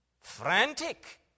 frantic